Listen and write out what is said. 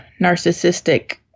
narcissistic